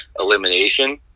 elimination